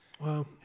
Wow